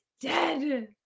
dead